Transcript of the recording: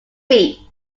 feet